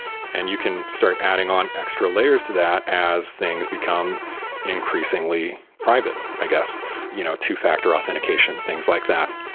and you can start adding on extra layers to that as things become increasingly private, i guess you know two factor authentication, things like that.